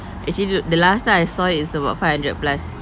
actually the the last time I saw it is about five hundred plus